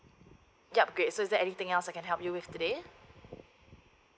yup great so is there anything else I can help you with today